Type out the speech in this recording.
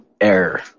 error